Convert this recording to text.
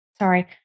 sorry